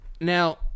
Now